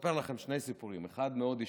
לספר לכם שני סיפורים: האחד מאוד אישי,